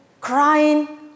crying